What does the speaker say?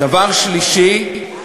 דבר שלישי,